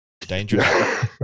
dangerous